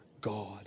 God